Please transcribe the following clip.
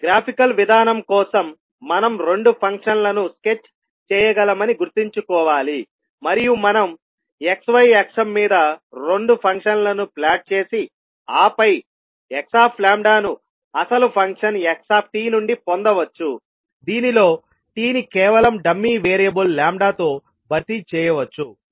graphical విధానం కోసం మనం రెండు ఫంక్షన్లను స్కెచ్ చేయగలమని గుర్తుంచుకోవాలి మరియు మనం x y అక్షం మీద రెండు ఫంక్షన్లను ప్లాట్ చేసి ఆపై xλ ను అసలు ఫంక్షన్ x నుండి పొందవచ్చు దీనిలో t ని కేవలం డమ్మీ వేరియబుల్ తో భర్తీ చేయవచ్చు